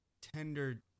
tender